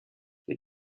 les